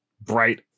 bright